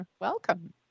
Welcome